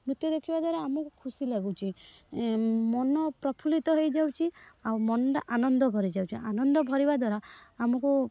ନୃତ୍ୟ ଦେଖିବା ଦ୍ଵାରା ଆମକୁ ଖୁସି ଲାଗୁଛି ମନ ପ୍ରଫୁଲ୍ଲିତ ହେଇଯାଉଛି ଆଉ ମନଟା ଆନନ୍ଦ ଭାରିଯାଉଛି ଆନନ୍ଦ ଭରିବା ଦ୍ଵାରା ଆମକୁ